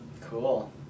Cool